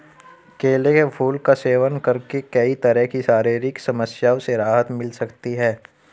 केले के फूल का सेवन करके कई तरह की शारीरिक समस्याओं से राहत मिल सकती है